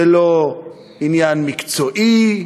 זה לא עניין מקצועי,